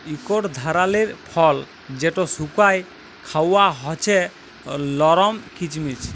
ইকট ধারালের ফল যেট শুকাঁয় খাউয়া হছে লরম কিচমিচ